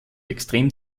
extrem